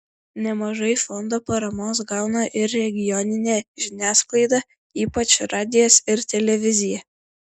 nemažai fondo paramos gauna ir regioninė žiniasklaida ypač radijas ir televizija